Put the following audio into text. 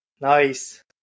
Nice